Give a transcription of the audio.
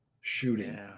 shooting